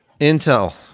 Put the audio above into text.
Intel